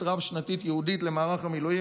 רב-שנתית ייעודית למערך המילואים,